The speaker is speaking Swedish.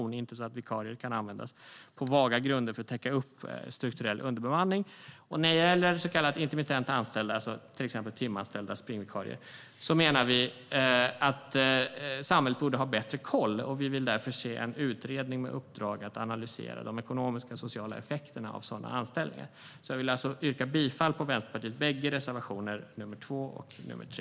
Det ska inte vara så att vikarier kan användas på vaga grunder för att täcka upp strukturell underbemanning. När det gäller så kallat intermittent anställda, till exempel timanställda springvikarier, menar vi att samhället borde ha bättre koll. Vi vill därför se en utredning med uppdrag att analysera de ekonomiska och sociala effekterna av sådana anställningar. Jag vill att yrka bifall till Vänsterpartiets bägge reservationer nr 2 och nr 3.